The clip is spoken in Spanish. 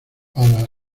para